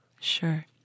Sure